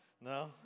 No